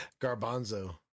Garbanzo